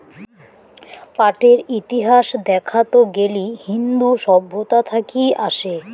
পাটের ইতিহাস দেখাত গেলি ইন্দু সভ্যতা থাকি আসে